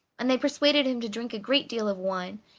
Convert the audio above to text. and they persuaded him to drink a great deal of wine,